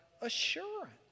assurance